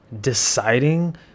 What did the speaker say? deciding